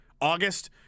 August